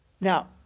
Now